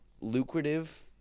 lucrative